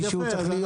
זה מה שהוא אומר,